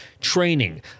training